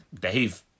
Dave